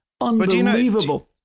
Unbelievable